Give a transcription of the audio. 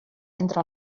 entre